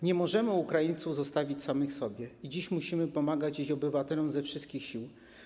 Nie możemy Ukrainy zostawić samej sobie i dziś musimy pomagać jej obywatelom ze wszystkich sił.